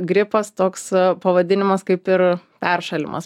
gripas toks pavadinimas kaip ir peršalimas